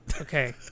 Okay